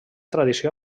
tradició